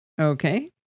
Okay